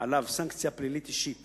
עליו סנקציה פלילית אישית